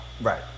Right